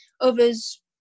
Others